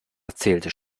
erzählte